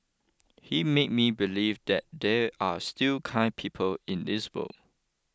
he made me believe that there are still kind people in this world